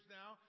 now